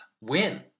win